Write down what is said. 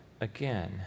again